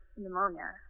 pneumonia